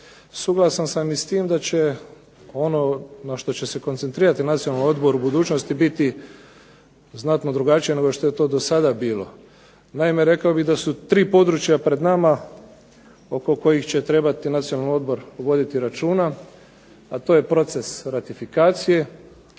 Suglasan sam i s tim da će ono na što će se koncentrirati Nacionalni odbor u budućnosti biti znatno drugačije nego što je to do sada bilo. Naime, rekao bih da su tri područja pred nama oko kojih će trebati Nacionalni odbor voditi računa, a to je proces ratifikacije,